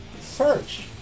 search